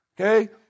okay